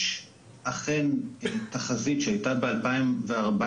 יש אכן תחזית שניתנה ב-2014,